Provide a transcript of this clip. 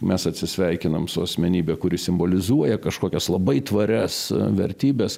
mes atsisveikinam su asmenybe kuri simbolizuoja kažkokias labai tvarias vertybes